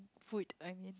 food I mean